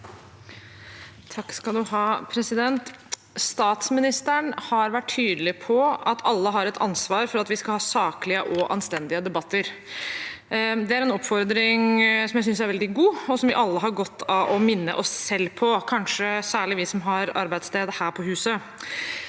(H) Statsmi- nisteren har vært tydelig på at alle har et ansvar for at vi skal ha saklige og anstendige debatter. Det er en oppfordring som jeg synes er veldig god, og som vi alle har godt av å minne oss selv på, kanskje særlig vi som har arbeidssted her på huset.